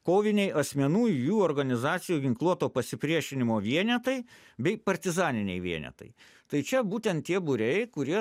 koviniai asmenų ir jų organizacijų ginkluoto pasipriešinimo vienetai bei partizaniniai vienetai tai čia būtent tie būriai kurie